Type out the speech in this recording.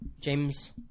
James